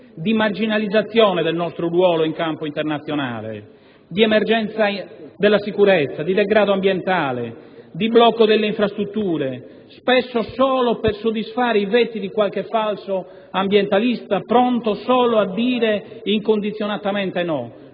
di marginalizzazione del nostro ruolo in campo internazionale, di emergenza nella sicurezza, di degrado ambientale; due anni di blocco delle infrastrutture spesso solo per soddisfare i veti di qualche falso ambientalista pronto solo a dire incondizionatamente no: